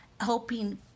helping